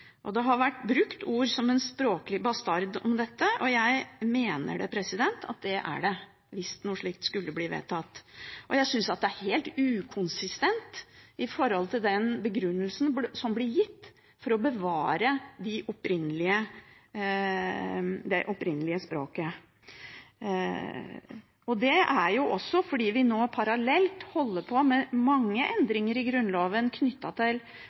Det har vært brukt uttrykk som «språklig bastard» om dette, og jeg mener at det er det – hvis noe slikt skulle bli vedtatt. Jeg synes ikke dette er konsistent sett i forhold til den begrunnelsen som blir gitt for å bevare det opprinnelige språket. Det er også fordi vi nå parallelt holder på med mange endringer i Grunnloven knyttet til